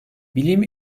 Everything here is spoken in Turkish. bilim